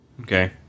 Okay